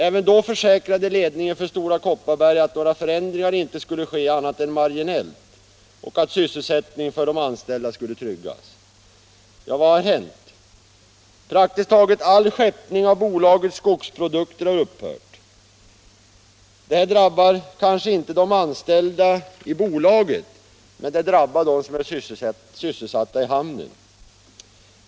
Även då försäkrade ledningen för Stora Kopparberg att några förändringar inte skulle ske annat än marginellt och att sysselsättningen för de anställda skulle tryggas. Vad har hänt? Praktiskt taget all skeppning av bolagets skogsprodukter har upphört. Detta drabbar kanske inte de anställda i bolaget, men det drabbar dem som är sysselsatta i hamnen.